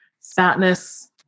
fatness